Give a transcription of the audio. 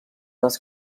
les